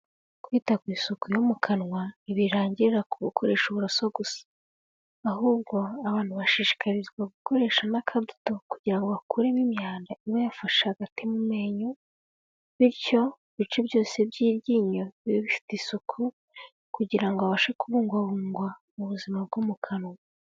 Kwita ku isuku yo mu kanwa ntibirangirira ku gukoresha uburoso gusa, ahubwo abantu bashishikarizwa gukoresha n'akadodo kugira ngo bakuremo imyanda iba yafashe hagati mu menyo, bityo ibice byose by'iryinyo bibe bifite isuku kugira ngo habashe kubungabungwa mu buzima bwo mu kanwa.